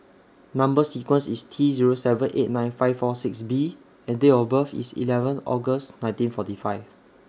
Number sequence IS T Zero seven eight nine five four six B and Date of birth IS eleven August nineteen forty five